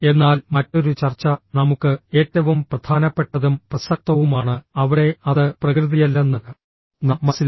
എന്നാൽ മറ്റൊരു ചർച്ച നമുക്ക് ഏറ്റവും പ്രധാനപ്പെട്ടതും പ്രസക്തവുമാണ് അവിടെ അത് പ്രകൃതിയല്ലെന്ന് നാം മനസ്സിലാക്കുന്നു